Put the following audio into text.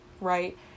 right